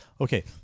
Okay